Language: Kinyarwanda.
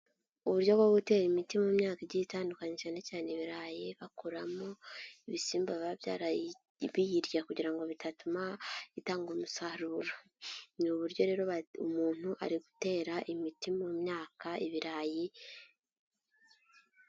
Uburyo bwo gutera imiti mu myaka igiye itandukanye cyane cyane ibirayi, bakoramo ibisimba biba byara biyirya kugira ngo bitatuma itanga umusaruro. Ni uburyo rero umuntu ari gutera imiti mu myaka, ibirayi.